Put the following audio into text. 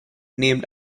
named